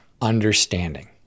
understanding